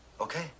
okay